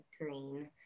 green